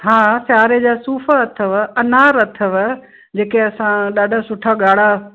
हा सियारे जा सूफ़ अथव अनार अथव जेके असां ॾाढा सुठा ॻाढ़ा